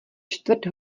čtvrt